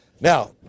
Now